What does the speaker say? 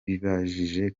bibajije